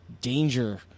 danger